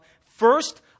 First